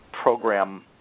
Program